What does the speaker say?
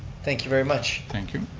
thank you very much. thank you.